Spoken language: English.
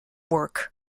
work